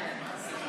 כן.